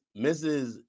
Mrs